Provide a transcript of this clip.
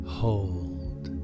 hold